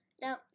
now